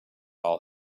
all